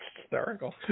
Hysterical